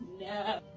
no